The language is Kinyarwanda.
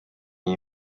iyi